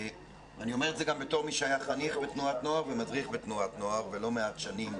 אני אומר את זה גם כמי שהיה חניך ומדריך בתנועת נוער ולא מעט שנים,